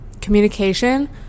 communication